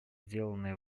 сделанное